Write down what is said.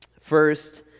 First